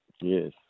Yes